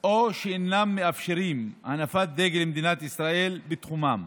או שאינם מאפשרים הנפת דגל מדינת ישראל בתחומם.